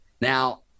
Now